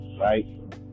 right